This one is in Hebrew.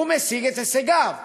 הוא משיג את הישגיו.